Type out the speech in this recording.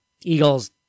Eagles